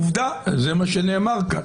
עובדה, זה מה שנאמר כאן.